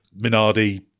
Minardi